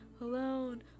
alone